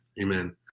amen